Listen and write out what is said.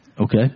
okay